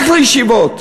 רק לישיבות.